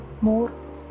more